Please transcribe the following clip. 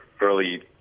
early